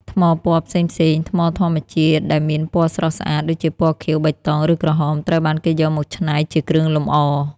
ថ្មពណ៌ផ្សេងៗ: ថ្មធម្មជាតិដែលមានពណ៌ស្រស់ស្អាត ដូចជាពណ៌ខៀវ បៃតង ឬក្រហម ត្រូវបានគេយកមកច្នៃជាគ្រឿងលម្អ។